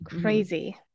Crazy